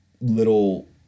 little